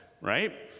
right